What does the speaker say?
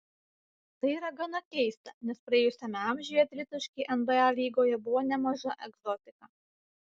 tai yra gana keista nes praėjusiame amžiuje tritaškiai nba lygoje buvo nemaža egzotika